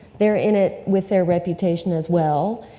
they're in it with their reputation as well,